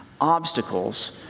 obstacles